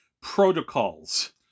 protocols